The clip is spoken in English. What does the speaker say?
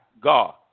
God